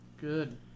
Good